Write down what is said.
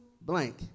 blank